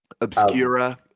Obscura